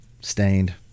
Stained